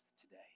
today